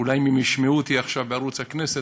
אולי אם הם ישמעו אותי עכשיו בערוץ הכנסת,